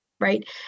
right